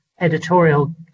editorial